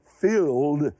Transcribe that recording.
filled